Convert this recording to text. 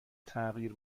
تغییر